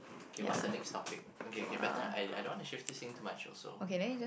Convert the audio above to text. okay what's the next topic okay okay better I don't want to shift this thing too much also